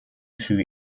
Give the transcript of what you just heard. für